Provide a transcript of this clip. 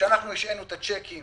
כשאנחנו השהינו את הצ'קים